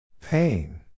Pain